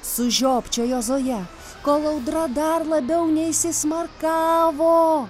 sužiopčiojo zoja kol audra dar labiau neįsismarkavo